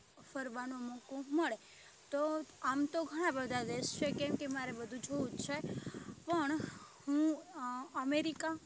ફરવાનો મોકો મળે તો આમ તો ઘણાં બધાં દેશ છે કેમકે મારે બધું જોવું જ છે પણ હું અમેરિકા